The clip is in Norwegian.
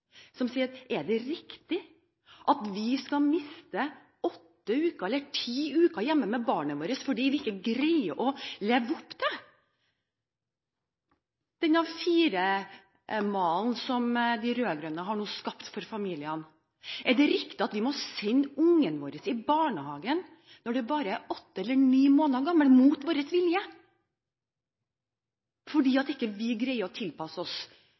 som sier: Er det riktig at vi skal miste åtte eller ti uker hjemme med barnet vårt fordi vi ikke greier å leve opp til den A4-malen som de rød-grønne nå har skapt rundt familiene? Er det riktig at vi må sende barnet vårt i barnehagen når det bare er åtte eller ni måneder gammelt, mot vår vilje, fordi vi ikke greier å tilpasse oss